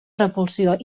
repulsió